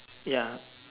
ya